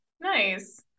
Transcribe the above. Nice